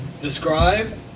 Describe